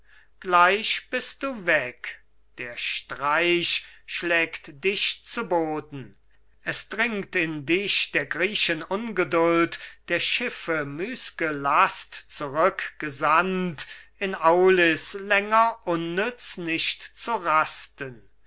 gleich bist du weg der streich schlägt dich zu boden es dringt in dich der griechen ungeduld der schiffe müß'ge last zurückgesandt in aulis länger unnütz nicht zu rasten